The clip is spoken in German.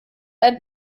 ein